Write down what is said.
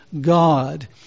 God